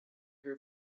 her